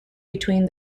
between